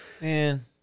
Man